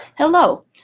Hello